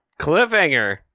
Cliffhanger